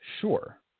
Sure